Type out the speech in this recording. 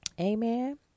Amen